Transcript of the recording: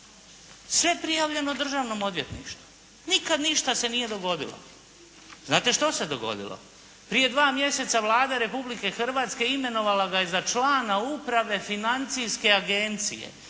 Sve prijavljeno Državnom odvjetništvu. Nikad ništa se nije dogodilo. Znate što se dogodilo? Prije 2 mjeseca Vlada Republke Hrvatske imenovala ga je za člana uprave Financijske agencije.